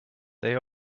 they